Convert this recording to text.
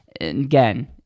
Again